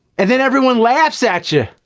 and then everyone laughs at you,